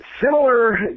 Similar